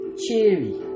cheery